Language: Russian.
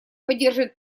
поддерживает